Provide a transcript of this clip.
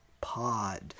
pod